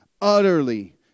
utterly